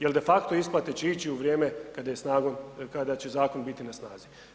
Jel de facto isplate će ići u vrijeme kada je snagom, kada će zakon biti na snazi.